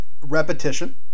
Repetition